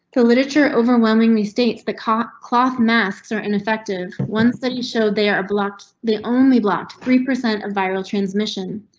the literature overwhelmingly states that caught cloth masks are ineffective. one study showed they are blocked. the only blocked three percent of viral transmission,